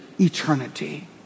eternity